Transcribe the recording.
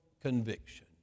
conviction